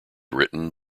written